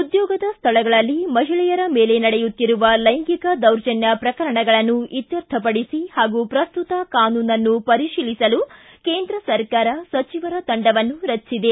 ಉದ್ಯೋಗದ ಸ್ವಳಗಳಲ್ಲಿ ಮಹಿಳೆಯರ ಮೇಲೆ ನಡೆಯುತ್ತಿರುವ ಲೈಂಗಿಕ ದೌರ್ಜನ್ನ ಪ್ರಕರಣಗಳನ್ನು ಇತ್ವರ್ಥಪಡಿಸಿ ಹಾಗೂ ಪ್ರಸ್ತುತ ಕಾನೂನನ್ನು ಪರಿಶೀಲಿಸಲು ಕೇಂದ್ರ ಸರ್ಕಾರ ಸಚಿವರ ತಂಡವನ್ನು ರಚಿಸಿದೆ